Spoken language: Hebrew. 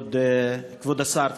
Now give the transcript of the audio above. כבוד השר,